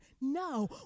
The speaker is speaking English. now